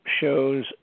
shows